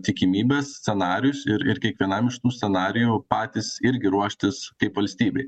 tikimybes scenarijus ir ir kiekvienam iš tų scenarijų patys irgi ruoštis kaip valstybei